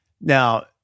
Now